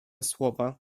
słowa